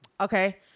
Okay